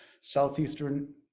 Southeastern